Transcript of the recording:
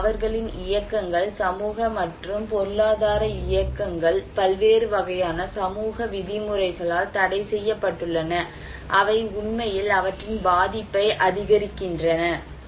எனவே அவர்களின் இயக்கங்கள் சமூக மற்றும் பொருளாதார இயக்கங்கள் பல்வேறு வகையான சமூக விதிமுறைகளால் தடைசெய்யப்பட்டுள்ளன அவை உண்மையில் அவற்றின் பாதிப்பை அதிகரிக்கின்றன